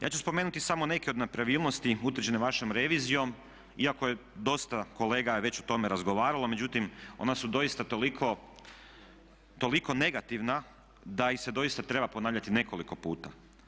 Ja ću spomenuti samo neke od nepravilnosti utvrđene vašom revizijom iako je, dosta kolega je već o tome razgovaralo, međutim ona su doista toliko negativna da ih se doista treba ponavljati nekoliko puta.